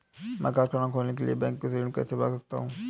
मैं कारखाना खोलने के लिए बैंक से ऋण कैसे प्राप्त कर सकता हूँ?